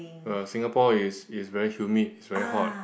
uh Singapore is is very humid it's very hot